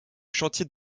chantiers